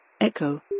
Echo